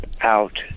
out